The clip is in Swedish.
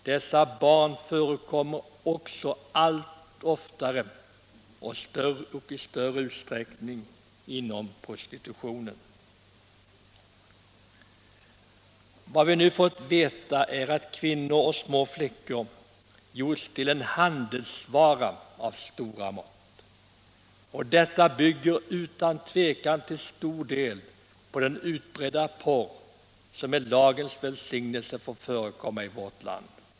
Dessa barn förekommer också allt oftare och i större utsträckning inom prostitutionen. Vad vi nu fått veta är att kvinnor och små flickor gjorts till en handelsvara av stora mått. Detta bygger utan tvivel till stor del på den utbredda porr som med lagens välsignelse får förekomma i vårt land.